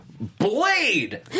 Blade